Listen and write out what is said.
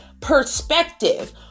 perspective